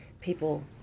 people